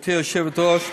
גברתי היושבת-ראש.